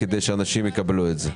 כדי שאנשים יקבלו את זה.